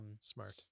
smart